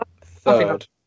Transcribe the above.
third